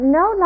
no